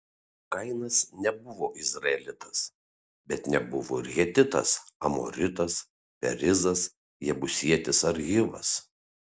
kainas nebuvo izraelitas bet nebuvo ir hetitas amoritas perizas jebusietis ar hivas